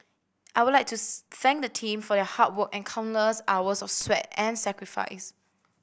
I would like to thank the team for your hard work and countless hours of sweat and sacrifice